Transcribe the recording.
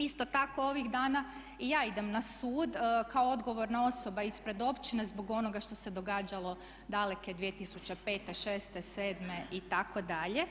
Isto tako ovih dana i ja idem na sud kao odgovorna osoba ispred općine zbog onoga što se događalo daleke 2005., šeste, sedme itd.